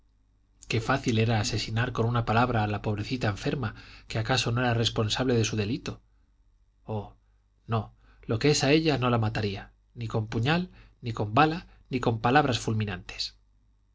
qué fácil era asesinar con una palabra a la pobrecita enferma que acaso no era responsable de su delito oh no lo que es a ella no la mataría ni con puñal ni con bala ni con palabras fulminantes